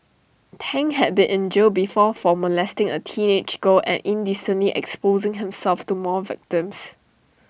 Tang had been in jail before for molesting A teenage girl and indecently exposing himself to more victims